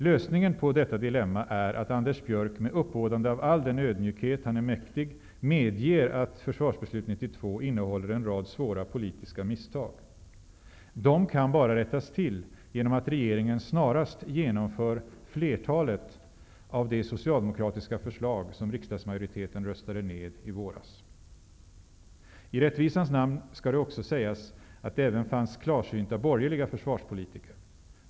Lösningen på detta dilemma är att Anders Björck med uppbådande av all den ödmjukhet han är mäktig, medger att Försvarsbeslut 92 innehåller en rad svåra politiska misstag. De kan bara rättas till genom att regeringen snarast genomför flertalet av de socialdemokratiska förslag som riksdagsmajoriteten röstade ned i våras. I rättvisans namn skall det också sägas att det även fanns klarsynta borgerliga försvarspolitiker.